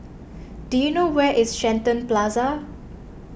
do you know where is Shenton Plaza